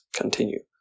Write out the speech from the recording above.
continue